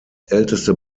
älteste